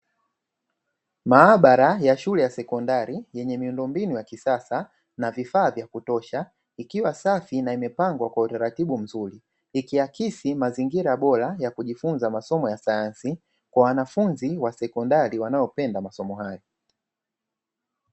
Maabara ya shule ya sekondari yenye miundombinu ya kisasa na vifaa vya kutosha ikiwa safi na imepangwa kwa utaratibu mzuri, ikiakisi mazingira bora ya kujifunza masomo ya sayansi, kwa wanafunzi wa sekondari wanaopenda masomo hayo.